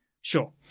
Sure